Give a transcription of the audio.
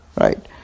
right